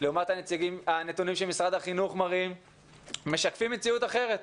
לעומת הנתונים שמשרד החינוך מראה משקפים מציאות אחרת?